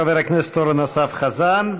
חבר הכנסת אורן אסף חזן,